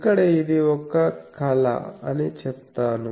ఇక్కడ ఇది ఒక కళ అని చెప్తాను